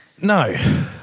No